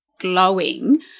glowing